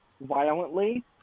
violently